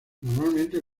normalmente